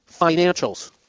Financials